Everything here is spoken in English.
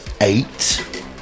Eight